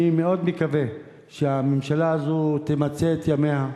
אני מאוד מקווה שהממשלה הזו תמצה את ימיה,